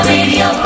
Radio